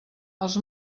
els